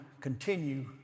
continue